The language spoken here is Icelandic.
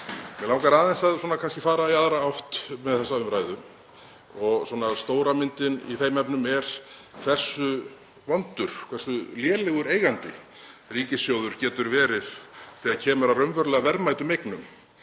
Mig langar aðeins að fara í aðra átt með þessa umræðu. Stóra myndin í þeim efnum er hversu vondur, hversu lélegur eigandi ríkissjóður getur verið þegar kemur að raunverulega verðmætum eignum.